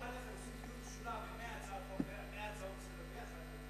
אחר כך הם עושים דיון משולב עם 100 הצעות לסדר-היום יחד.